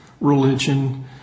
religion